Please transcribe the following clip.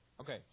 Okay